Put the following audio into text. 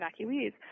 evacuees